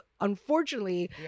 unfortunately